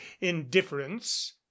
indifference